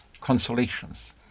consolations